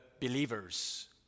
believers